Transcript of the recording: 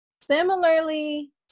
similarly